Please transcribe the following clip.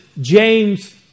James